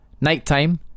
Nighttime